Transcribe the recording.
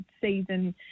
season